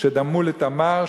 שדמו לתמר,